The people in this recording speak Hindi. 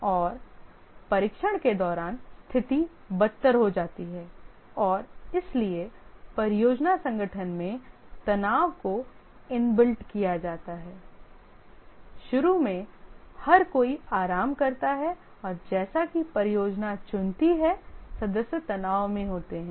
और परीक्षण के दौरान स्थिति बदतर हो जाती है और इसलिए परियोजना संगठन में तनाव को इनबिल्ट किया जाता है शुरू में हर कोई आराम करता है और जैसा कि परियोजना चुनती है सदस्य तनाव में होते हैं